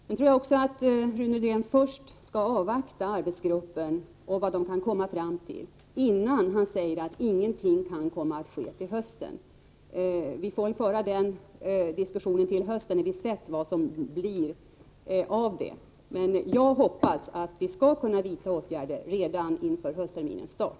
Sedan tror jag att Rune Rydén först skall avvakta vad arbetsgruppen kan komma fram till, innan han säger att ingenting kan komma att ske till hösten. Vi får föra den diskussionen till hösten, när vi sett vad som blir av detta. Jag hoppas att vi skall kunna vidta åtgärder redan inför höstterminens start.